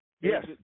Yes